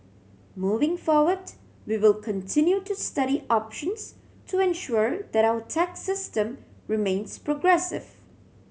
moving forward we will continue to study options to ensure that our tax system remains progressive